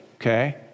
okay